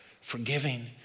forgiving